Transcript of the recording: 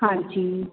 ਹਾਂਜੀ